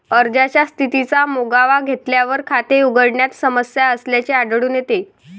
अर्जाच्या स्थितीचा मागोवा घेतल्यावर, खाते उघडण्यात समस्या असल्याचे आढळून येते